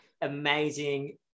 amazing